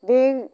बे